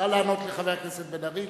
נא לענות לחבר הכנסת בן-ארי.